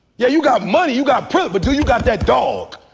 yeah, you got money you got proof but do you got that dawg?